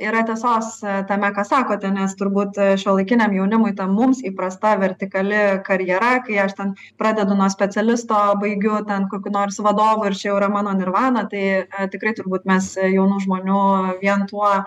yra tiesos tame ką sakote nes turbūt šiuolaikiniam jaunimui ta mums įprasta vertikali karjera kai aš ten pradedu nuo specialisto baigiu ten kokiu nors vadovu ir čia jau yra mano nirvana tai tikrai turbūt mes jaunų žmonių vien tuo